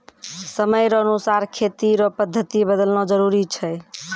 समय रो अनुसार खेती रो पद्धति बदलना जरुरी छै